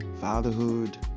fatherhood